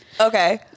Okay